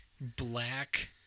black